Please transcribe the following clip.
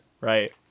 right